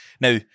now